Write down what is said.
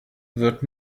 wird